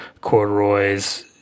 Corduroy's